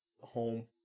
home